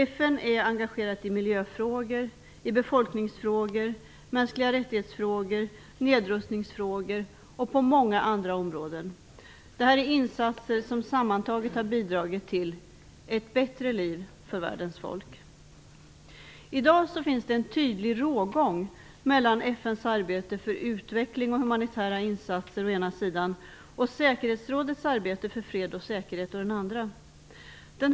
FN är engagerat i miljöfrågor, befolkningsfrågor, mänskliga rättighetsfrågor, nedrustningsfrågor och på många andra områden. Det här är insatser som sammantaget har bidragit till ett bättre liv för världens folk. I dag finns det en tydlig rågång mellan FN:s arbete för utveckling och humanitära insatser å ena sidan och säkerhetsrådets arbete för fred och säkerhet å andra sidan.